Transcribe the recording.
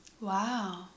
wow